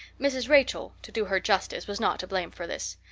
mrs. rachel, to do her justice, was not to blame for this.